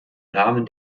rahmen